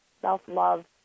self-love